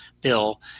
Bill